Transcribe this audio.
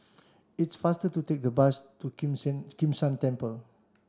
it's faster to take a bus to Kim Kim San Temple